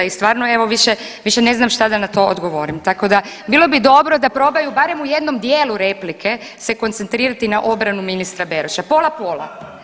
I stvarno evo više ne znam šta da na to odgovorim, tako da bilo bi dobro da probaju barem u jednom dijelu replike se koncentrirati na obranu ministra Beroša, pola, pola.